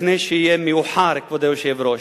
לפני שיהיה מאוחר, כבוד היושב-ראש.